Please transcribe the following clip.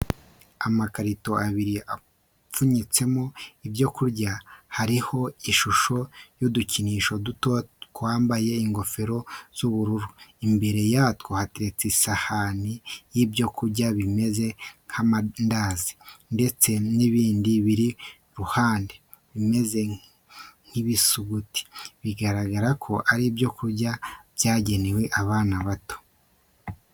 Amakarito abiri apfunyitsemo ibyo kurya hariho ishusho y'udukinisho dutoya twambaye ingofero z'ubururu, imbere yatwo hateretse isahani y'ibyo kurya bimeze nk'amandazi ndetse n'ibindi biri ku ruhande bimeze nk'ibisuguti, bigaragara ko ari ibyo kurya byagenewe abana bato.